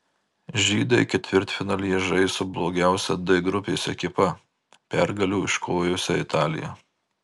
žydai ketvirtfinalyje žais su blogiausia d grupės ekipa pergalių neiškovojusia italija